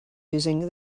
using